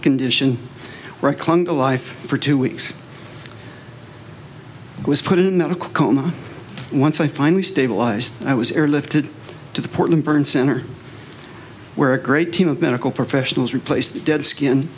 condition where i clung to life for two weeks i was put in that a coma once i finally stabilized i was airlifted to the portland burn center where a great team of medical professionals replaced the dead skin